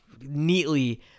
neatly